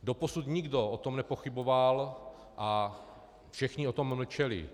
Doposud nikdo o tom nepochyboval a všichni o tom mlčeli.